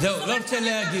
וזהו, גמרנו.